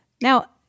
Now